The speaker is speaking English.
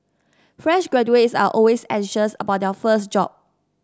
fresh graduates are always anxious about their first job